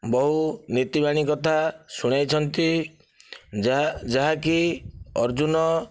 ବହୁ ନୀତିବାଣୀ କଥା ଶୁଣାଇଛନ୍ତି ଯାହା ଯାହାକି ଅର୍ଜୁନ